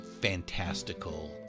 fantastical